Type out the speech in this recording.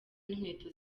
n’inkweto